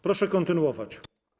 Proszę kontynuować.